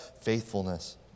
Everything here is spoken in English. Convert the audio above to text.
faithfulness